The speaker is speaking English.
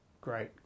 great